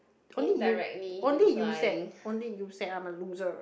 only you only you said only you said I'm a loser